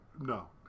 no